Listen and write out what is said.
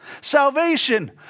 salvation